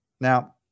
Now